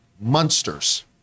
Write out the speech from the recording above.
monsters